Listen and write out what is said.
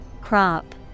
Crop